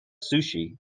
sushi